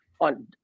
on